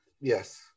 Yes